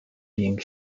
being